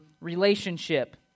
relationship